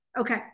Okay